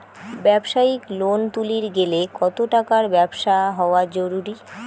ব্যবসায়িক লোন তুলির গেলে কতো টাকার ব্যবসা হওয়া জরুরি?